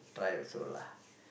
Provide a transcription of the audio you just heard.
try also lah